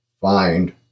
find